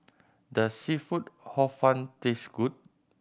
does seafood Hor Fun taste good